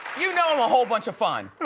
you know a whole bunch of fun,